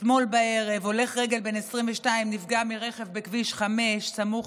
אתמול בערב הולך רגל בן 22 נפגע מרכב בכביש 5 סמוך